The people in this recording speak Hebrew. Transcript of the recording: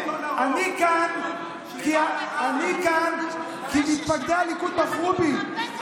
אני כאן כי מתפקדי הליכוד בחרו בי,